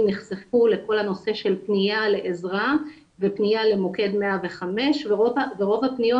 נחשפו לכל הנושא של פנייה לעזרה ופנייה למוקד 105. רוב הפניות